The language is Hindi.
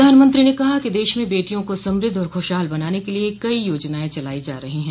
पधानमंत्री ने कहा कि देश में बेटियों को समृद्ध और खुशहाल बनाने के लिये कई योजनायें चलाई जा रही है